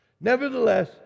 Nevertheless